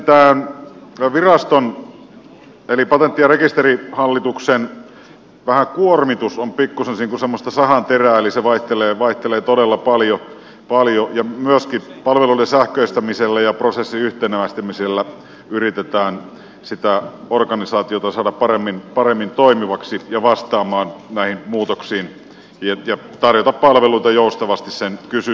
sitten tämän viraston eli patentti ja rekisterihallituksen kuormitus on pikkuisen semmoista sahanterää eli se vaihtelee todella paljon ja myöskin palvelujen sähköistämisellä ja prosessien yhtenäistämisellä yritetään sitä organisaatiota saada paremmin toimivaksi ja vastaamaan näihin muutoksiin ja tarjota palveluita joustavasti sen kysynnän mukaan